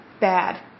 Bad